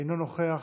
אינו נוכח.